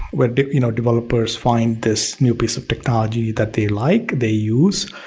where you know developers find this new piece of technology that they like, they use.